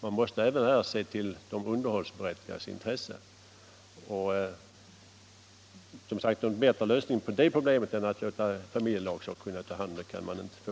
Man måste här även se till de underhållsberättigades intressen, och någon bättre lösning på det problemet än att överlämna det till familjelagssakkunniga kan man inte få.